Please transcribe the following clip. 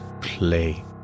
play